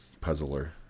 puzzler